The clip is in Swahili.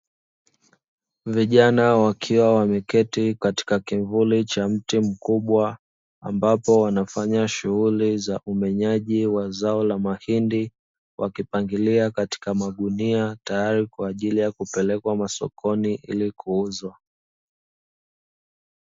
Vijana wakiwa wameketi katika kivuli cha mti mkubwa ambapo wanafanya shughuli za umenyaji wa zao la mahindi wakipangilia katika magunia tayari kwa ajili ya kupelekwa masokoni ili kuuzwa.